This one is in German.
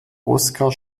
oskar